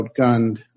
outgunned